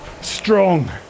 strong